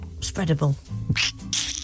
Spreadable